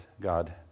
God